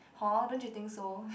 hor don't you think so